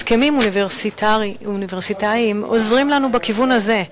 הסכמים אוניברסיטאיים עוזרים לנו בכיוון הזה.